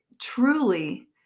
truly